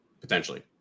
Potentially